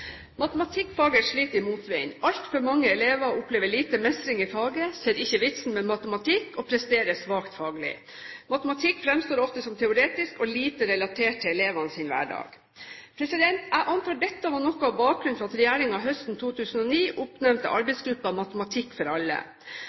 Matematikkfaget sliter i motvind. Altfor mange elever opplever lite mestring i faget, ser ikke vitsen med matematikk og presterer svakt faglig. Matematikk fremstår ofte som teoretisk og lite relatert til elevenes hverdag. Jeg antar at dette var noe av bakgrunnen for at regjeringen høsten 2009 oppnevnte arbeidsgruppen Matematikk for alle.